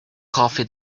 coffee